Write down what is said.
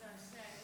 אתה פשוט מזעזע.